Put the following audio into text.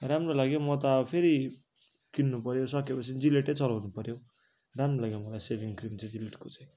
राम्रो लाग्यो म त अब फेरि किन्नु पऱ्यो सके पछि जिलेट चलाउनु पऱ्यो हौ राम्रो लाग्यो मलाई सेभिङ क्रिम चाहिँ जिलेटको चाहिँ